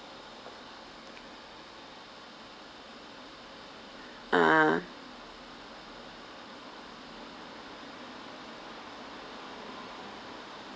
uh